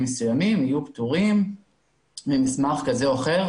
מסוימים יהיו פטורים ממסמך כזה או אחר.